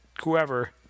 whoever